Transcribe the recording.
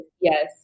Yes